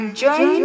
join